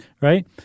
right